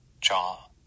jaw